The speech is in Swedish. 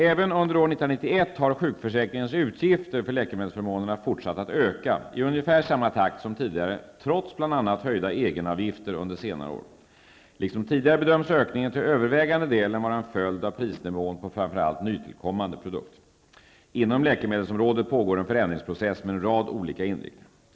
Även under år 1991 har sjukförsäkringens utgifter för läkemedelsförmånerna fortsatt att öka i ungefär samma takt som tidigare, trots bl.a. höjda egenavgifter under senare år. Liksom tidigare bedöms ökningen till övervägande delen vara en följd av prisnivån på framför allt nytillkommande produkter. Inom läkemedelsområdet pågår en förändringsprocess med en rad olika inriktningar.